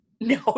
no